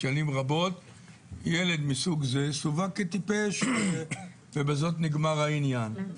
ילד מסוג זה סווג כטיפש ובזאת נגמר העניין.